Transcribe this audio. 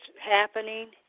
happening